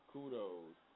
Kudos